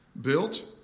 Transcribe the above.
built